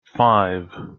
five